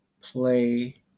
play